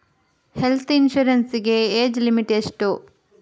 Health insurance ಗೆ age limit ಎಷ್ಟು?